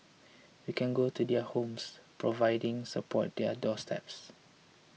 we can go to their homes providing support their doorsteps